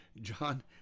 john